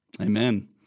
Amen